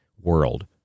world